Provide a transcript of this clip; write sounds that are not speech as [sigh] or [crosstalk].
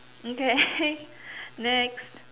okay [laughs] next